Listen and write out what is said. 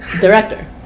director